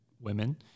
women